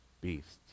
beasts